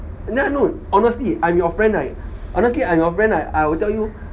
nah no no honestly I'm your friend right honestly I'm your friend right I will tell you